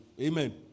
Amen